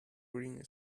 green